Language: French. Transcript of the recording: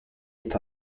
est